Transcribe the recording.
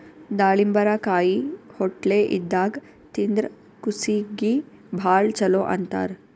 ದಾಳಿಂಬರಕಾಯಿ ಹೊಟ್ಲೆ ಇದ್ದಾಗ್ ತಿಂದ್ರ್ ಕೂಸೀಗಿ ಭಾಳ್ ಛಲೋ ಅಂತಾರ್